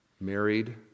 married